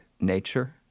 nature